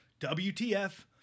WTF